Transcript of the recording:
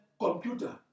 computer